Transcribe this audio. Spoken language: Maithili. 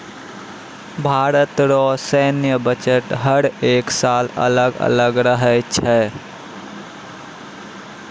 भारत रो सैन्य बजट हर एक साल अलग अलग रहै छै